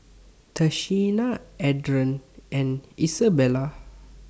Tashina Adron and Izabella